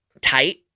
tight